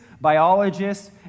biologists